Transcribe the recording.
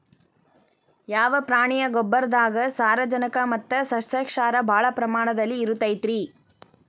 ಯಾವ ಪ್ರಾಣಿಯ ಗೊಬ್ಬರದಾಗ ಸಾರಜನಕ ಮತ್ತ ಸಸ್ಯಕ್ಷಾರ ಭಾಳ ಪ್ರಮಾಣದಲ್ಲಿ ಇರುತೈತರೇ?